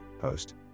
Host